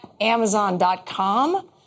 Amazon.com